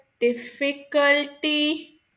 difficulty